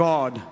God